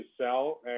sell